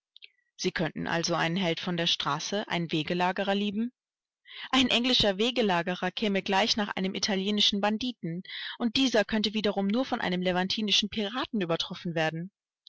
sie könnten also einen held von der landstraße einen wegelagerer lieben ein englischer wegelagerer käme gleich nach einem italienischen banditen und dieser könnte wiederum nur von einem levantinischen piraten übertroffen werden